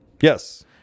Yes